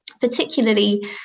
particularly